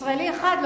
ישראלי אחד,